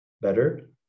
better